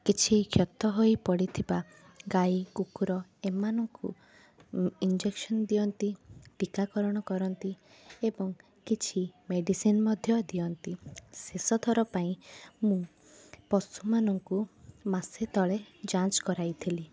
କିଛି କ୍ଷତ ହୋଇ ପଡ଼ିଥିବା ଗାଈ କୁକୁର ଏମାନଙ୍କୁ ଇଂଜେକସନ ଦିଅନ୍ତି ଟୀକାକରଣ କରନ୍ତି ଏବଂ କିଛି ମେଡ଼ିସିନ ମଧ୍ୟ ଦିଅନ୍ତି ଶେଷଥର ପାଇଁ ମୁଁ ପଶୁମାନଙ୍କୁ ମାସେ ତଳେ ଯାଞ୍ଚ କରାଇଥିଲି